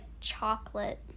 chocolate